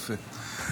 יפה.